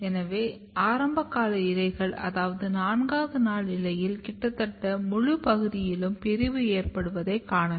எனவே ஆரம்பகால இலைகள் அதாவது 4 வது நாள் இலையில் கிட்டத்தட்ட முழுப் பகுதியிலும் பிரிவு ஏற்படுவதைக் காணலாம்